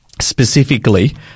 specifically